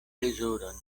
plezuron